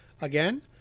again